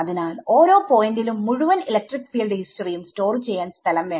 അതിനാൽ ഓരോ പോയിന്റിലും മുഴുവൻ ഇലക്ട്രിക് ഫീൽഡ് ഹിസ്റ്ററിയും സ്റ്റോർ ചെയ്യാൻ സ്ഥലം വേണം